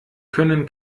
können